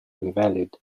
invalid